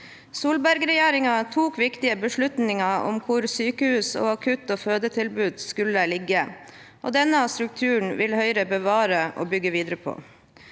Solberg-regjeringen tok viktige beslutninger om hvor sykehus og akuttog fødetilbud skulle ligge, og denne strukturen vil Høyre bevare og bygge videre på.